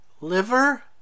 Liver